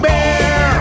Bear